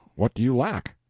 what do you lack?